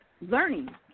learning